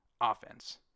offense